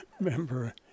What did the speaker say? remember